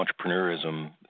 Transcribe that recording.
entrepreneurism